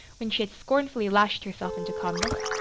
when she had scornfully lashed herself into calmness,